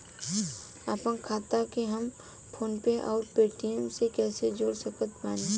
आपनखाता के हम फोनपे आउर पेटीएम से कैसे जोड़ सकत बानी?